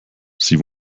sie